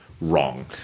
wrong